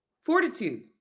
Fortitude